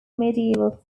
medieval